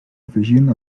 afegint